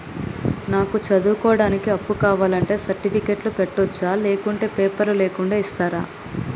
నాకు చదువుకోవడానికి అప్పు కావాలంటే సర్టిఫికెట్లు పెట్టొచ్చా లేకుంటే పేపర్లు లేకుండా ఇస్తరా?